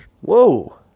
Whoa